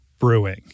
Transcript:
Brewing